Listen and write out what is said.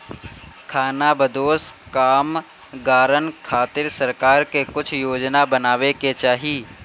खानाबदोश कामगारन खातिर सरकार के कुछ योजना बनावे के चाही